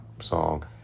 Song